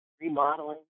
remodeling